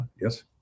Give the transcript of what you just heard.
Yes